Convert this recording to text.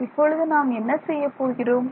இப்பொழுது நாம் என்ன செய்யப்போகிறோம்